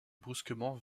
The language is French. brusquement